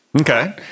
Okay